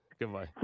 Goodbye